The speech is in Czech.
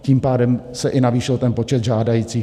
Tím pádem se i navýšil počet žádajících.